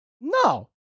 No